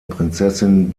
prinzessin